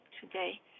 today